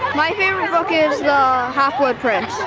my favorite book is the half blood prince.